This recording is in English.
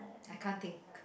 I can't think